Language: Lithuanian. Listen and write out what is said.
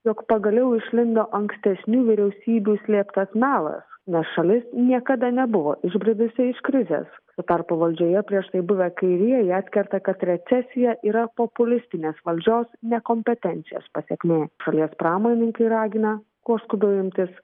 jog pagaliau išlindo ankstesnių vyriausybių slėptas melas nes šalis niekada nebuvo išbridusi iš krizės tuo tarpu valdžioje prieš tai buvę kairieji atkerta kad recesija yra populistinės valdžios nekompetencijos pasekmė šalies pramonininkai ragina kuo skubiau imtis